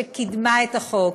שקידמה את החוק.